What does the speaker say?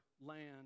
land